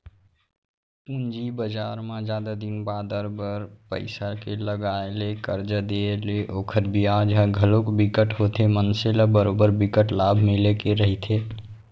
पूंजी बजार म जादा दिन बादर बर पइसा के लगाय ले करजा देय ले ओखर बियाज ह घलोक बिकट होथे मनसे ल बरोबर बिकट लाभ मिले के रहिथे